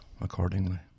accordingly